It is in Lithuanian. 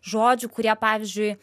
žodžių kurie pavyzdžiui